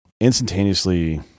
instantaneously